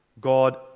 God